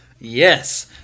Yes